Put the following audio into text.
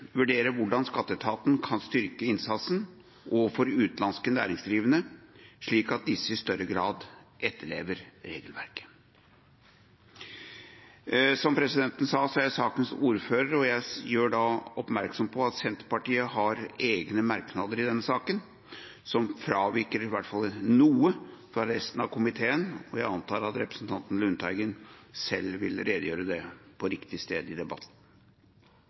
vurderer hvordan skatteetaten kan styrke innsatsen overfor utenlandske næringsdrivende, slik at disse i større grad etterlever regelverket. Som presidenten sa, er jeg sakens ordfører, og jeg gjør oppmerksom på at Senterpartiet har egne merknader i denne saken, som avviker i hvert fall noe fra resten av komiteens, og jeg antar at representanten Lundteigen selv vil redegjøre for det på riktig sted i debatten.